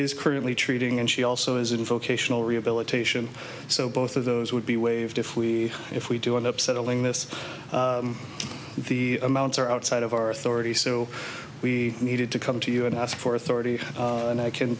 is currently treating and she also has info cation all rehabilitation so both of those would be waived if we if we do end up settling this the amounts are outside of our authority so we needed to come to you and ask for authority and i can